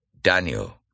Daniel